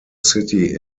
city